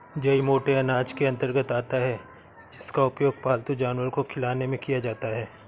जई मोटे अनाज के अंतर्गत आता है जिसका उपयोग पालतू जानवर को खिलाने में किया जाता है